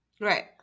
right